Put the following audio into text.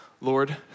Lord